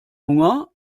hunger